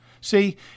See